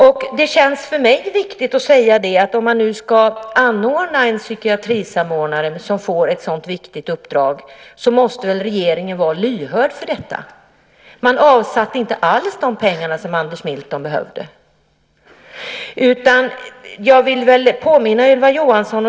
Om man nu har inrättat en psykiatrisamordnare med ett så viktigt uppdrag måste väl regeringen vara lyhörd för vad han säger. Regeringen avsatte inte alls de pengar som Anders Milton behövde.